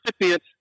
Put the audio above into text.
recipient